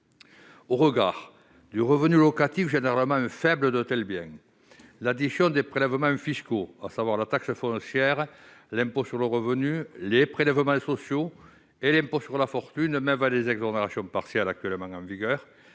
Au regard du revenu locatif généralement faible de tels biens, l'addition des prélèvements fiscaux, à savoir la taxe foncière, l'impôt sur le revenu, les prélèvements sociaux et l'impôt sur la fortune, même avec les exonérations partielles actuellement en vigueur,